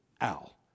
Al